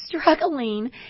struggling